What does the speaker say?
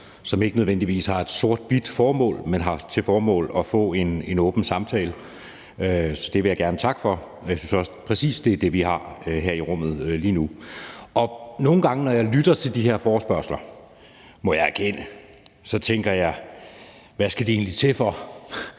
som ikke nødvendigvis har et sort-hvidt formål, men som har til formål at få en åben samtale, så det vil jeg gerne takke for. Og jeg synes også præcis, det er det, vi har her i rummet lige nu. Nogle gange når jeg lytter til de her forespørgsler, må jeg erkende, at så tænker jeg: Hvad skal de egentlig til for?